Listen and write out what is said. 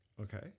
Okay